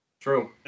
True